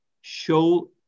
show